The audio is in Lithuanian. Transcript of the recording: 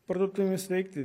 parduotuvėms veikti